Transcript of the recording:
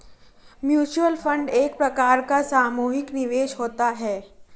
mutual fund एक प्रकार का सामुहिक निवेश होता है